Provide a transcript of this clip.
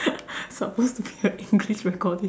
supposed to be a English recording